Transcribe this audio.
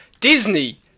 Disney